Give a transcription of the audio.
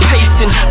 Pacing